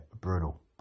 brutal